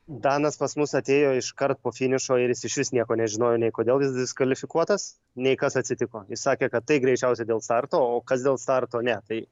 danas pas mus atėjo iškart po finišo ir jis išvis nieko nežinojo nei kodėl jis diskvalifikuotas nei kas atsitiko jis sakė kad tai greičiausiai dėl starto o kas dėl starto ne tai